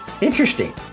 Interesting